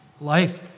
Life